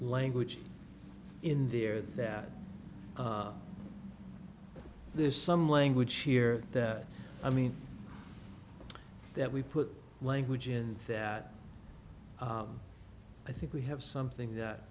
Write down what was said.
language in there that there's some language here that i mean that we put language in that i think we have something